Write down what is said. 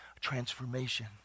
transformation